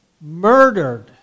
murdered